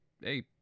hey